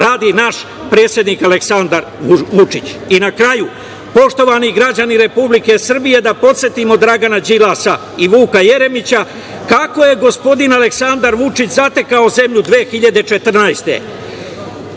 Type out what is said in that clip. radi naš predsednik Aleksandar Vučić. Na kraju, poštovani građani Republike Srbije, da podsetimo Dragana Đilasa i Vuka Jeremića kako je gospodin Aleksandar Vučić zatekao zemlju 2014.